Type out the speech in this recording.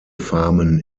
farmen